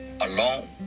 alone